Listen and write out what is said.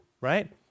Right